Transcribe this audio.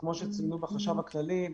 כמו שציינו בחשב הכללי,